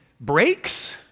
breaks